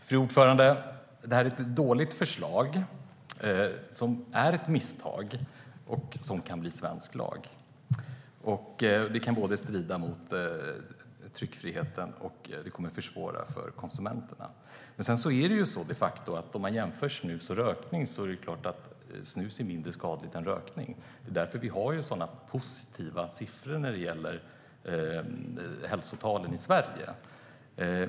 Fru talman! Det här är ett dåligt förslag som är ett misstag. Det kan bli svensk lag, vilket kan strida mot tryckfrihetslagen och kommer att försvåra för konsumenterna. Sedan är det de facto så om man jämför snus och rökning att snus såklart är mindre skadligt. Det är därför vi har så positiva siffror när det gäller hälsotalen i Sverige.